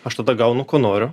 aš tada gaunu ko noriu